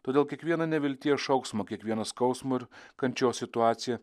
todėl kiekvieną nevilties šauksmo kiekvieną skausmo ir kančios situaciją